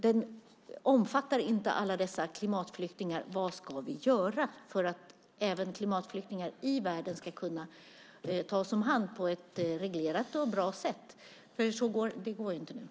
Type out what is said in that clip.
Den omfattar inte klimatflyktingar. Vad ska vi göra för att även klimatflyktingarna i världen ska kunna tas om hand på ett reglerat och bra sätt? Nu är det inte möjligt.